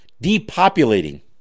depopulating